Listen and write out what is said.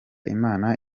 imana